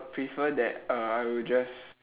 prefer that err I will just